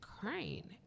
crying